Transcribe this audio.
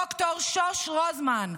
ד"ר שוש רוזמן,